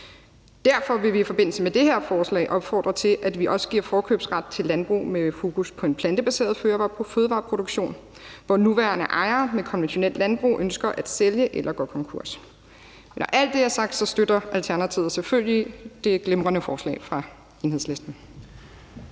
Derfor vil vi i forbindelse med det her forslag opfordre til, at vi også giver forkøbsret til landbrug med fokus på en plantebaseret fødevareproduktion, hvor nuværende ejere med konventionelt landbrug ønsker at sælge eller går konkurs. Når alt det er sagt, støtter Alternativet selvfølgelig det glimrende forslag fra Enhedslisten.